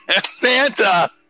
Santa